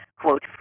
quote